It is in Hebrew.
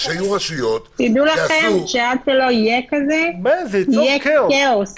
תדעו לכם שעד שלא יהיה כזה יהיה כאוס.